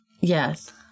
Yes